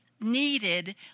needed